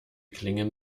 klingen